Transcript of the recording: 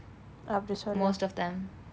அப்படி சொல்லு:appadi sollu